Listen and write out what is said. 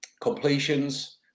completions